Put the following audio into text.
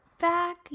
back